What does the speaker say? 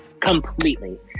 Completely